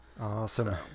Awesome